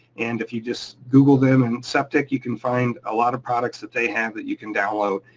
and if you just google them and septic, you can find a lot of products that they have that you can download.